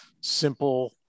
simple